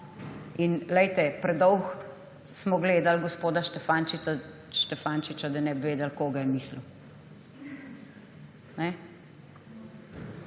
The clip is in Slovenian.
ene par.« Predolgo smo gledali gospoda Štefančiča, da ne bi vedeli, koga je mislil.